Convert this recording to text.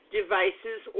devices